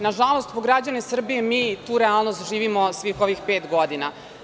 Nažalost, po građane Srbije mi tu realnost živimo svih ovih pet godina.